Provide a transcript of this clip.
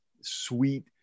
sweet